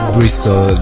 Bristol